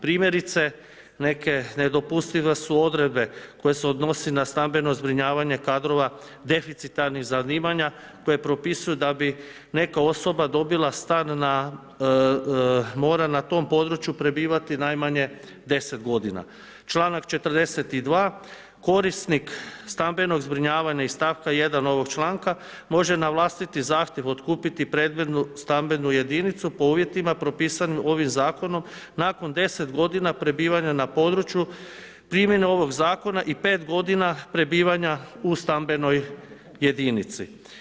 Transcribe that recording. Primjerice neke nedopustive su odredbe, koje se odnose na stambeno zbrinjavanja kadrova, deficitarnih zanimanja koje propisuju da bi neka osoba dobila stan na mora, na tom području prebivati najmanje 10 g. Čl. 42. korisnik stambenog zbrinjavanja iz stavka 1 ovog članka može na vlastiti zahtjev otkupiti predmetnu stambenu jedinicu, po uvjetima, propisanu ovim zakonom, nakon 10 g. prebivanja na području, primjene ovog zakona i 5 g. prebivanja u stambenoj jedinici.